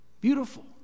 Beautiful